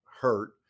hurt